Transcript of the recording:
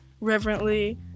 reverently